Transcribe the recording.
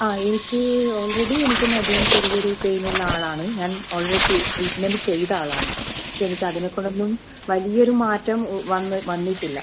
ആ എനിക്ക് ഓൾറെഡി എനിക്ക് നടുവിന് ചെറിയൊരു പെയിൻ ഉള്ള ആളാണ് ഞാൻ ഓൾറെഡി ട്രീറ്റ്മെൻ്റ് ചെയ്ത ആളാണ് പക്ഷെ എനിക്ക് അതിനെക്കൊണ്ടൊന്നും വലിയ ഒരു മാറ്റം വന്ന് വന്നിട്ടില്ല